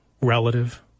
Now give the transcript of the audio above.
relative